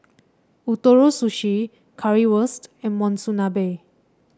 Ootoro Sushi Currywurst and Monsunabe